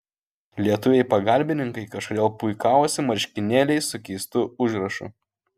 lietuviai pagalbininkai kažkodėl puikavosi marškinėliais su keistu užrašu